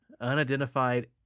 Unidentified